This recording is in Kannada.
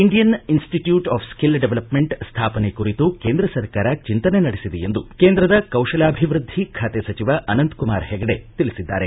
Indian institute of skill development ಸ್ಥಾಪನೆ ಕುರಿತು ಕೇಂದ್ರ ಸರ್ಕಾರ ಚಿಂತನೆ ನಡೆಸಿದೆ ಎಂದು ಕೇಂದ್ರದ ಕೌಶಲಾಭಿವೃದ್ಧಿ ಖಾತೆ ಸಚಿವ ಅನಂತಕುಮಾರ ಹೆಗಡೆ ತಿಳಿಸಿದ್ದಾರೆ